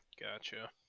Gotcha